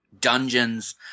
dungeons